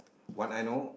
what I know